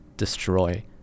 Destroy